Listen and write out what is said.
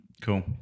Cool